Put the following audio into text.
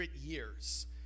years